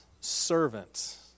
servant